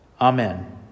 Amen